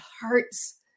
heart's